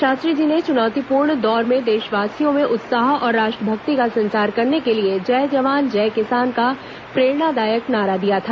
शास्त्री जी ने चुनौतीपूर्ण दौर में देशवासियों में उत्साह और राष्ट्र भक्ति का संचार करने के लिए जय जवान जय किसान का प्रेरणादायक नारा दिया था